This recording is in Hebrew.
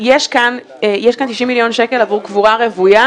יש כאן 90 מיליון שקל עבור קבורה רוויה.